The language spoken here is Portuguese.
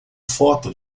foto